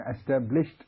established